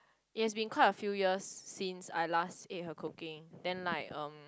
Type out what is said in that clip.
it has been quite a few years since I last ate her cooking then like um